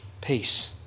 Peace